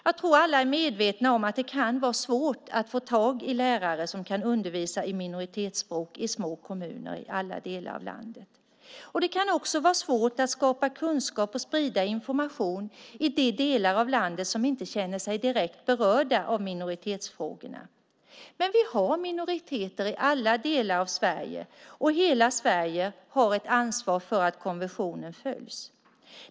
Jag tror att alla är medvetna om att det kan vara svårt att få tag i lärare som kan undervisa i minoritetsspråk i små kommuner i alla delar av landet. Det kan också vara svårt att skapa kunskap och sprida information i de delar av landet som inte känner sig direkt berörda av minoritetsfrågorna. Men vi har minoriteter i alla delar av Sverige, och hela Sverige har ett ansvar för att konventionen följs.